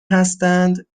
هستند